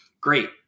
Great